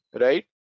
right